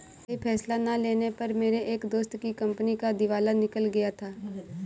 सही फैसला ना लेने पर मेरे एक दोस्त की कंपनी का दिवाला निकल गया था